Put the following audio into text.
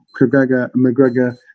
McGregor